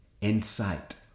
insight